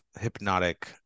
hypnotic